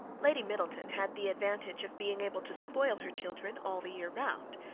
lady middleton had the advantage of being able to spoil her children all the year round,